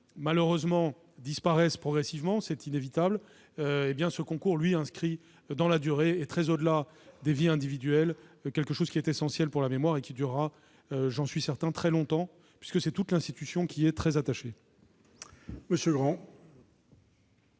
mémoire disparaissent, hélas, progressivement, c'est inévitable, ce concours, inscrit dans la durée et très au-delà des vies individuelles, est quelque chose d'essentiel pour la mémoire. Il durera, j'en suis certain, très longtemps puisque toute l'institution y est très attachée. Monsieur Grand,